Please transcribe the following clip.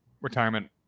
retirement